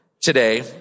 today